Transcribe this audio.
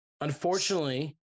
Unfortunately